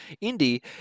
Indy